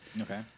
Okay